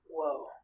Whoa